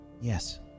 Yes